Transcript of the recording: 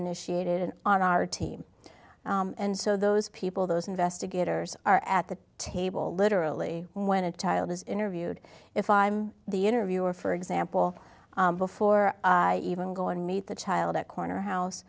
initiated on our team and so those people those investigators are at the table literally when a tile is interviewed if i'm the interviewer for example before i even go and meet the child at corner house